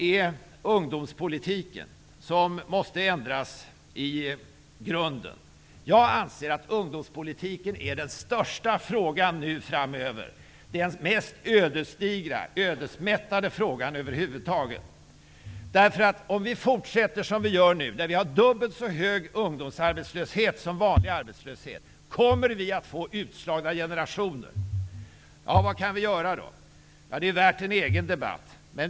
En annan sak som måste ändras i grunden är ungdomspolitiken. Jag anser att ungdomspolitiken är den största och mest ödesmättade frågan över huvud taget framöver. Om vi fortsätter som vi gör nu, när ungdomsarbetslösheten är dubbelt så stor som den vanliga arbetslösheten, kommer vi att få utslagna generationer. Vad kan vi då göra? Ja, det skulle vara värt en egen debatt.